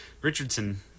Richardson